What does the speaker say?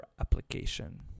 application